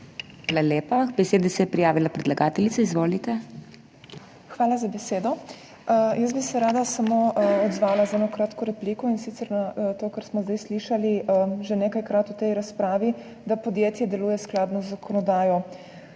Hvala za besedo. Rada bi se samo odzvala z eno kratko repliko, in sicer na to, kar smo zdaj slišali že nekajkrat v tej razpravi, da podjetje deluje skladno z zakonodajo.